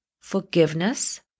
Forgiveness